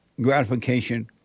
gratification